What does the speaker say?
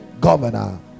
governor